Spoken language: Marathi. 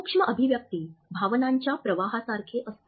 सूक्ष्म अभिव्यक्ती भावनांच्या प्रवाहासारखे असतात